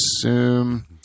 assume